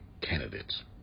candidates